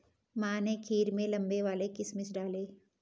माँ ने खीर में लंबे वाले किशमिश डाले